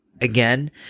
again